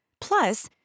Plus